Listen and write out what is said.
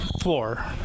Four